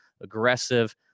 aggressive